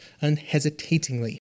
unhesitatingly